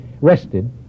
rested